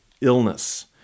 illness